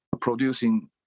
producing